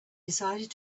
decided